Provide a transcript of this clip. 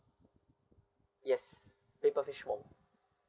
yes paper fish wong